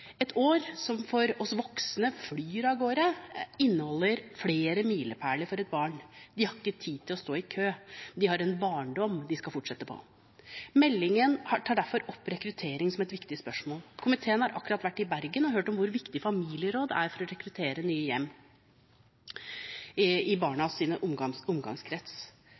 et år – som for oss voksne flyr av gårde – inneholder flere milepæler for et barn. De har ikke tid til å stå i kø, de har en barndom de skal fortsette på. Meldingen tar derfor opp rekruttering som et viktig spørsmål. Komiteen har akkurat vært i Bergen og hørt om hvor viktig familieråd er for å rekruttere nye hjem i barnas omgangskrets.